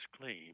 claim